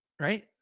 right